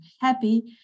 happy